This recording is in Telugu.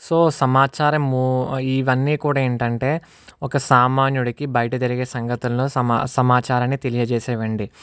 సో సమాచారము ఇవన్నీ కూడా ఏమిటి అంటే ఒక సామాన్యుడికి బయట జరిగే సంగతులను సమా సమాచారాన్ని తెలియజేసేవి అండి